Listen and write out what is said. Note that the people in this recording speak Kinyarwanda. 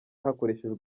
hakoreshejwe